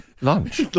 Lunch